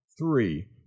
three